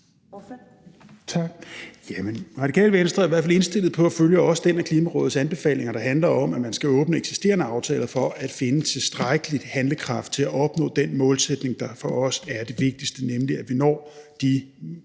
Radikale Venstre er i hvert fald indstillet på at følge også den af Klimarådets anbefalinger, der handler om, at man skal åbne eksisterende aftaler for at finde tilstrækkelig handlekraft til at opnå den målsætning, der for os er det vigtigste, nemlig at vi når de